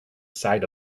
side